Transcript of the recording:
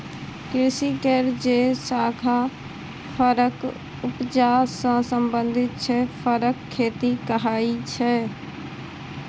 कृषि केर जे शाखा फरक उपजा सँ संबंधित छै फरक खेती कहाइ छै